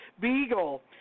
beagle